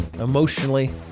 Emotionally